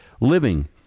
living